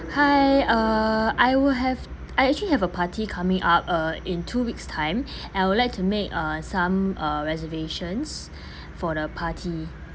hi uh I will have I actually have a party coming up uh in two weeks' time and I would like to make uh some uh reservations for the party